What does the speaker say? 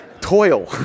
toil